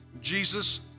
Jesus